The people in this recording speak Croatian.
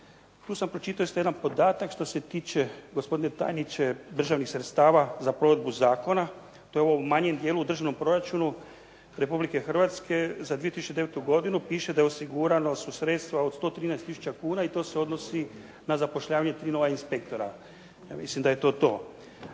Tu sam pročitao isto jedan podatak što se tiče, gospodine tajniče državnih sredstava za provedbu zakona. To je ovo u manjem dijelu u Državnom proračunu Republike Hrvatske za 2009. godinu piše da su osigurana sredstva od 113 tisuća kuna i to se odnosi na zapošljavanje 3 nova inspektora. Ja mislim da je to to.